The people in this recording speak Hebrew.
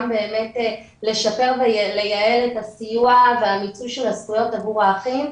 באמת לשפר ולייעל את הסיוע והמיצוי של הזכויות עבור האחים.